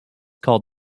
called